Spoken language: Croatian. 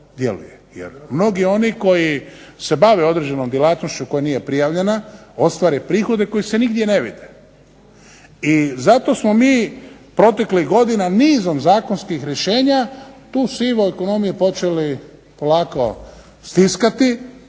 jer mnogi oni koji se bave određenom djelatnošću koja nije prijavljena ostvare prihode koji se nigdje ne vide. I zato smo mi proteklih godina nizom zakonskih rješenja tu sivu ekonomiju počeli polako stiskati